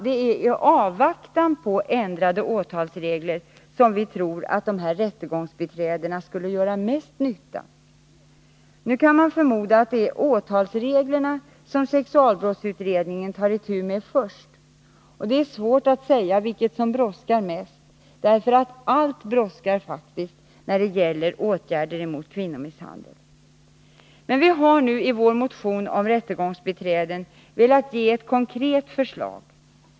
Det är i avvaktan på ändrade åtalsregler, tror vi, som rättegångsbiträden skulle göra mest nytta. Man kan förmoda att det är åtalsreglerna som sexualbrottsutredningen tar itu med först. Det är svårt att säga vilket som brådskar mest — allt brådskar faktiskt när det gäller åtgärder mot kvinnomisshandel. Vi har i vår motion om rättegångsbiträden velat ge ett konkret förslag.